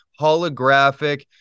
holographic